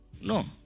No